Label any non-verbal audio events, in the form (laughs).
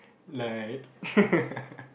like (laughs)